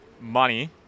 Money